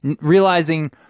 realizing